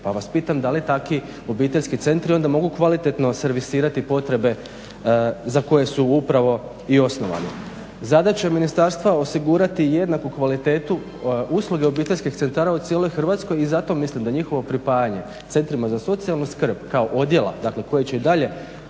Pa vas pitam da li takvi obiteljski centri onda mogu kvalitetno servisirati potrebe za koje su upravo i osnovane. Zadaća ministarstva je osigurati jednaku kvalitetu usluge obiteljskih centara u cijeloj Hrvatskoj i zato mislim da njihovo pripajanje centrima za socijalnu skrb kao odjela dakle koji će i dalje